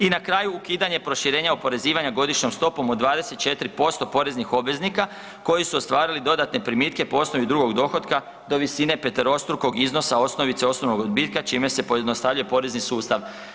I na kraju, ukidanje proširenja oporezivanja godišnjom stopom od 24% poreznih obveznika koji su ostvarili dodatne primitke po osnovi drugog dohotka do visine peterostrukog iznosa osnovice osobnog odbitka čime se pojednostavljuje porezni sustav.